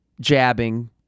jabbing